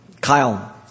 Kyle